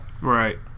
right